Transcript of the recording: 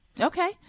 Okay